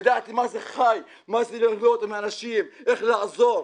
ידעתי מה זה חי, מה זה להיות עם אנשים, איך לעזור.